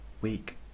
week